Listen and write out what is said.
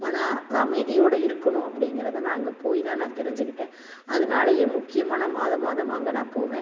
மன அமைதியோடு இருக்கணும் அப்படிங்கிறத நான் அங்கே போய் தான் நா தெரிஞ்சுகிட்டேன் அதனாலயே முக்கியமாக நான் மாத மாதம் அங்கே நான் போவேன்